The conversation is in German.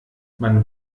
man